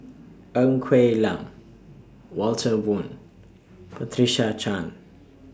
Ng Quee Lam Walter Woon Patricia Chan